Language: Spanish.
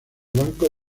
banco